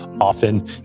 often